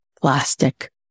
plastic